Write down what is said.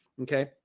Okay